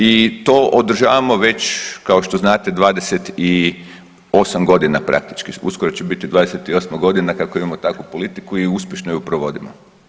I to održavamo već kao što znate 28 godina praktički, uskoro će biti 28 godina kako imamo takvu politiku i uspješno ju provodimo.